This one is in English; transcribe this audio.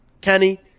Kenny